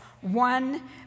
one